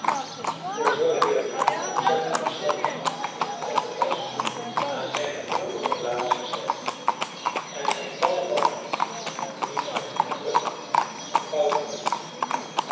voor zoo veel het niet opzettelijk geschrapt of opgeofferd was aan zijne vroegere plaats hersteld en zijn tal van niet slechts druk fouten weggenomen